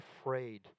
afraid